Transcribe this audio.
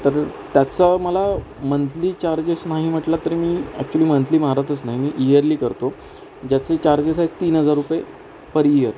तर त्याचा मला मंथली चार्जेस नाही म्हटलं तरी मी ॲक्च्युली मंथली मारतच नाही मी इयरली करतो ज्याचे चार्जेस आहेत तीन हजार रुपये पर इयर